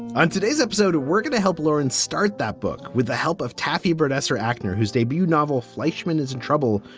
on today's episode, we're going to help lauren start that book with the help of taffy britt esther. acnc, whose debut novel, fleischman is in trouble,